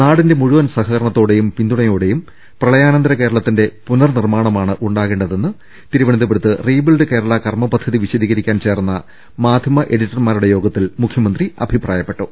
നാടിന്റെ മുഴുവൻ സഹകരണത്തോടെയും പിന്തുണയോടെയും പ്രളയാനന്തര കേരള ത്തിന്റെ പുനർനിമ്മാണമാണ് ഉണ്ടാവേണ്ടതെന്ന് തിരുവനന്തപുരത്ത് റീബിൽഡ് കേരള കർമ്മ പദ്ധതി വിശദീകരിക്കാൻ ചേർന്ന മാധ്യമ എഡിറ്റർമാരുടെ യോഗത്തിൽ മുഖ്യമന്ത്രി അഭിപ്രായപ്പെട്ടു